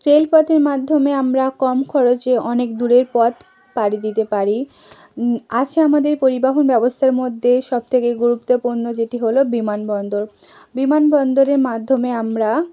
train পথের মাধ্যমে আমরা কম খরচে অনেক দূরের পথ পাড়ি দিতে পারি আছে আমাদের পরিবহন ব্যবস্থার মধ্যে সব থেকে গুরুত্বপূর্ণ যেটি হল বিমানবন্দর বিমানবন্দরের মাধ্যমে আমরা